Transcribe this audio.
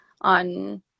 on